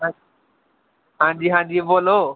आं जी आं जी बोल्लो